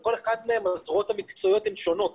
ולכל אחד מהם הזרועות המקצועיות הן שונות